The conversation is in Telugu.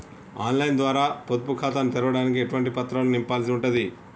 ఆన్ లైన్ ద్వారా పొదుపు ఖాతాను తెరవడానికి ఎటువంటి పత్రాలను నింపాల్సి ఉంటది?